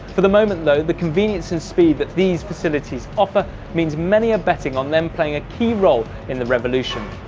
for the moment though the convenience and speed that these facilities offer means many are betting on them playing a key role in the revolution.